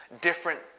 different